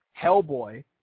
Hellboy